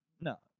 no